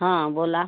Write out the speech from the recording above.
हां बोला